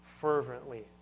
fervently